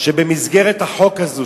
אני חושב שבמסגרת החוק הזה,